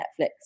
Netflix